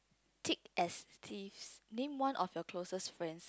thick as thief name one of your closest friend